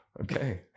okay